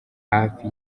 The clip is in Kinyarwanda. hafi